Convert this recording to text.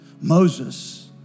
Moses